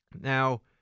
Now